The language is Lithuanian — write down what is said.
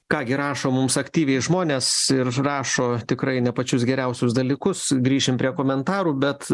ką gi rašo mums aktyviai žmonės ir rašo tikrai ne pačius geriausius dalykus grįšim prie komentarų bet